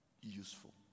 useful